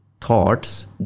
thoughts